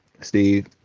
Steve